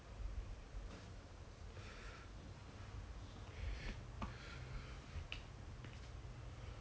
the severance package 就是七他这边多多多久 liao ah 六年 ah 七年 ah